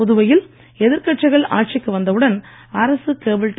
புதுவையில் எதிர் கட்சிகள் ஆட்சிக்கு வந்தவுடன் அரசுக் கேபிள் டி